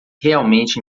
realmente